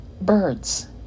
birds